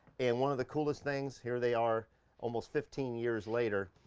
and one of the coolest things, here they are almost fifteen years later,